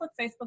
Facebook